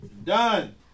Done